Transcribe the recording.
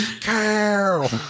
Carl